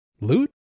Loot